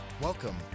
Welcome